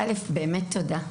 אז א', באמת תודה.